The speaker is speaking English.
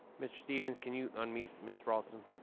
mr. stevens, can you unmute ms. raulston?